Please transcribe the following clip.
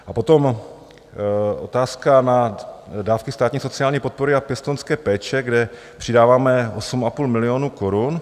A potom otázka na dávky státní sociální podpory a pěstounské péče, kde přidáváme 8,5 milionu korun.